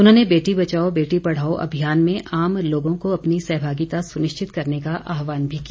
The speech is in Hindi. उन्होंने बेटी बचाओ बेटी पढ़ाओं अभियान में आम लोगों को अपनी सहभागिता सुनिश्चित करने का आह्वान भी किया